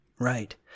Right